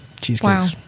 Cheesecakes